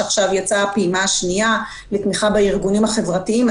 שעכשיו יצאה הפעימה השנייה לתמיכה בארגונים החברתיים.